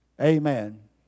Amen